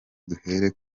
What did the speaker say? duhere